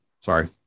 Sorry